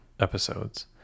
episodes